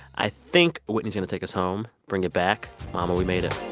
i think whitney's going to take us home. bring it back. mama, we made it